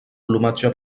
plomatge